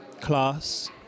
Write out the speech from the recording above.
class